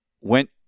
went